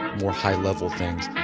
more high level things.